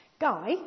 Guy